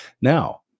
Now